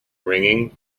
ringing